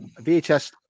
VHS